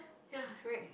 ya right